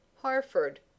Harford